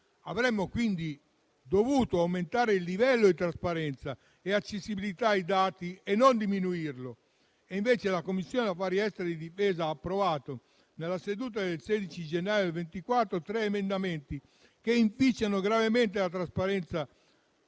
Avremmo quindi dovuto aumentare il livello di trasparenza e di accessibilità ai dati, non diminuirlo. Invece, la Commissione affari esteri e difesa ha approvato, nella seduta del 16 gennaio 2024, tre emendamenti che inficiano gravemente la trasparenza